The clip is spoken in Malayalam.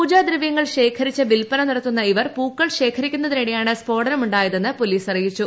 പൂജാദ്രവൃങ്ങൾ ശേഖരിച്ച് വിൽപ്പന നടത്തുന്ന ഇവർ പൂക്കൾ ശേഖരിക്കുന്നതിനിടെയാണ് സ്ഫോടനം ഉണ്ടായതെന്ന് പോലീസ് അറിയിച്ചു